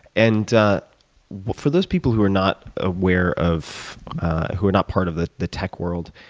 and for those people who are not aware of who are not part of the the tech world